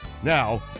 Now